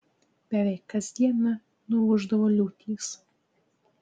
beveik kas dieną nuūždavo liūtys